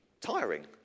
tiring